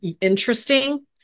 interesting